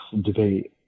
debate